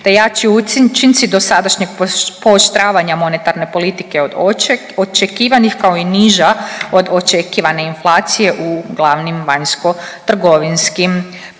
te jači učinci dosadašnjeg pooštravanja monetarne politike od očekivanih kao i niža od očekivane inflacije u glavnim vanjskotrgovinskim partnerima.